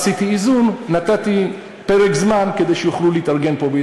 עשיתי איזון: נתתי פרק זמן כדי שיוכלו להתארגן פה.